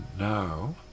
Now